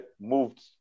moved